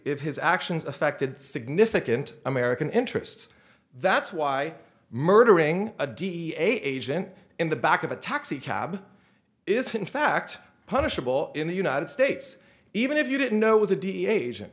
if his actions affected significant american interests that's why murdering a dea agent in the back of a taxi cab is in fact punishable in the united states even if you didn't know it was a dea agent